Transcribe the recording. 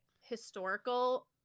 historical